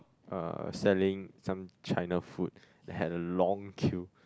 uh selling some China food that had a long queue